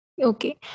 Okay